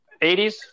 80s